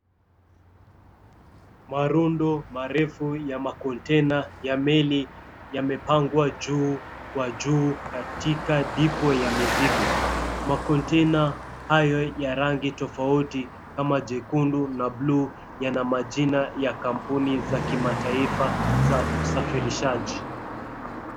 Marundo marefu ya makontaina ya meli yamepangwa juu kwa juu katika depot ya mizigo. Makontaina hayo ya rangi tofauti kama jekundu na buluu yana majina ya kampuni za kimataifa za usafirishaji.